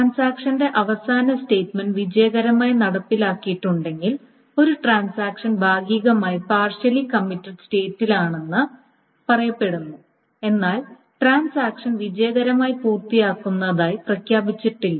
ട്രാൻസാക്ഷന്റെ അവസാന സ്റ്റേറ്റ്മെന്റ് വിജയകരമായി നടപ്പിലാക്കിയിട്ടുണ്ടെങ്കിൽ ഒരു ട്രാൻസാക്ഷൻ ഭാഗികമായി പാർഷ്യലി കമ്മിറ്റഡ് സ്റ്റേറ്റിലാണെന്ന് അവസ്ഥയിലാണെന്ന് പറയപ്പെടുന്നു എന്നാൽ ട്രാൻസാക്ഷൻ വിജയകരമായി പൂർത്തിയാക്കുന്നതായി പ്രഖ്യാപിച്ചിട്ടില്ല